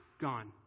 gone